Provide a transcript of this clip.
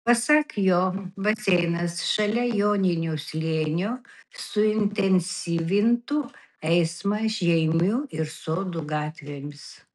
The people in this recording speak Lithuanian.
pasak jo baseinas šalia joninių slėnio suintensyvintų eismą žeimių ir sodų gatvėmis